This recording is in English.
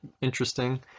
interesting